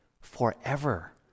forever